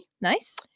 Nice